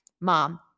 Mom